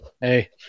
Hey